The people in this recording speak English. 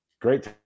Great